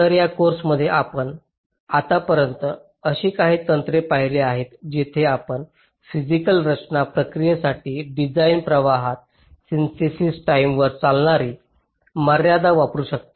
तर या कोर्समध्ये आम्ही आतापर्यंत अशी काही तंत्रे पाहिली आहेत जिथे आपण फिसिकल रचना प्रक्रियेसाठी डिझाइन प्रवाहात सिन्थेसिस टाईम वर चालणारी मर्यादा वापरु शकता